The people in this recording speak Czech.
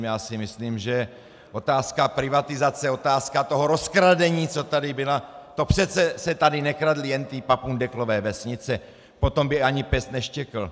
Já si myslím, že otázka privatizace, otázka toho rozkradení, co tady byla, to přece se tady nekradly jen ty papundeklové vesnice, po tom by ani pes neštěkl.